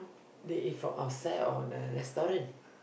they eat from outside or the restaurant